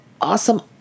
awesome